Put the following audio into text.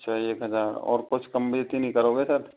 अच्छा एक हज़ार और कुछ कम ओ बेशी नहीं करोगे सर